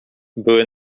były